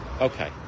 Okay